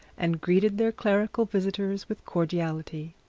and greeted their clerical visitors with cordiality.